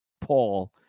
Paul